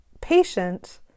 patient